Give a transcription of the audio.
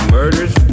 murders